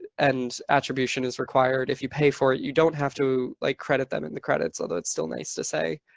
and attribution is required. if you pay for it, you don't have to like credit them in the credits, although it's still nice to say,